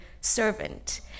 servant